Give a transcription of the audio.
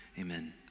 amen